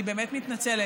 אני באמת מתנצלת.